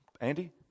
Andy